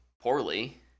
poorly